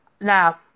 Now